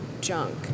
junk